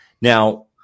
Now